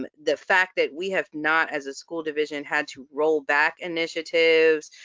um the fact that we have not, as a school division, had to roll back initiatives,